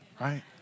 right